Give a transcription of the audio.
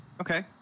Okay